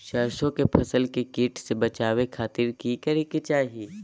सरसों की फसल के कीट से बचावे खातिर की करे के चाही?